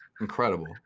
incredible